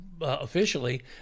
officially